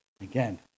Again